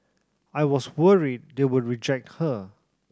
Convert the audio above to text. I was worried they would reject her